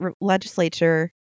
Legislature